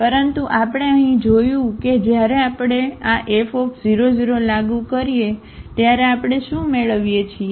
પરંતુ આપણે અહીં જોયું કે જ્યારે આપણે આ F00 લાગુ કરીએ છીએ ત્યારે આપણે શું મેળવીએ છીએ